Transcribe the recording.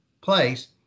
place